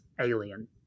alien